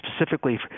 specifically